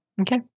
Okay